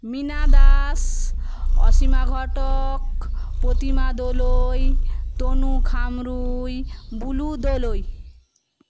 Meena Das Asima Ghatak Pratima Doloi Tanu Khamrui Bulu Doloi